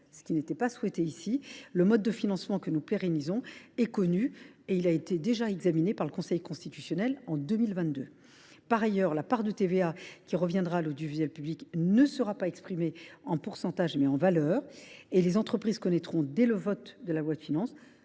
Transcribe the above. ce qui n’était pas souhaité. J’y insiste, le mode de financement que nous pérennisons est connu et a déjà été examiné par le Conseil constitutionnel en 2022. Par ailleurs, la part de TVA qui reviendra à l’audiovisuel public sera exprimée non pas en pourcentage, mais en valeur. Les entreprises connaîtront dès le vote de la loi de finances